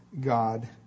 God